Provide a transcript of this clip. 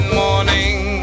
morning